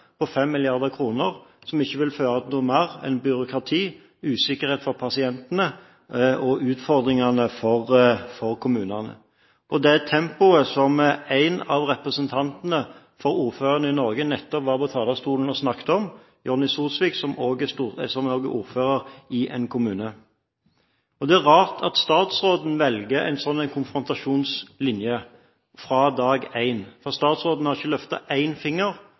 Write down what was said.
på 5 mrd. kr – som ikke vil føre til noe annet enn mer byråkrati, usikkerhet for pasientene og utfordringer for kommunene. Dette tempoet var Jonni Helge Solsvik – en av representantene for ordførerne i Norge – nettopp på talerstolen og snakket om. Det er rart at statsråden velger en slik konfrontasjonsline fra dag én. Statsråden har ikke løftet en finger for å prøve å få til et kompromiss med opposisjonen om en